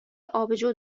آبجو